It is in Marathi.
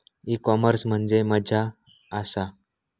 ई कॉमर्स म्हणजे मझ्या आसा?